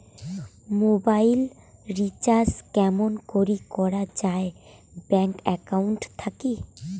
Mobile recharge কেমন করি করা যায় ব্যাংক একাউন্ট থাকি?